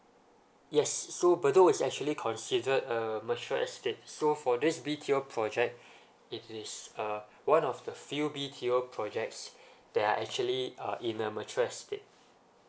yes so bedok is actually considered a mature estate so for this B_T_O project it is uh one of the few B_T_O projects that are actually uh in a mature estate